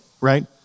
right